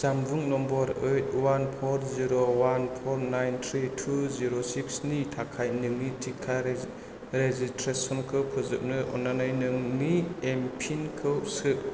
जानबुं number eight one four zero one four nine three two zero सिक्सनि थाखाय नोंनि टिका रेजिस्ट रेजिस्ट्रेसनखौ फोजोबनो अन्नानै नोंनि एमपिनखौ सो